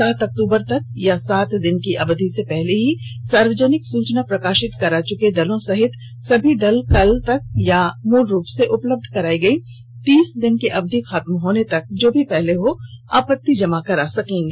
सात अक्तूबर तक या सात दिन की अवधि से पहले ही सार्वजनिक सूचना प्रकाशित करा चुके दलों सहित सभी दल कल तक या मूल रूप से उपलब्ध् कराई गई तीस दिन की अवधि खत्म होने तक जो भी पहले हो आपत्ति जमा करा सकते हैं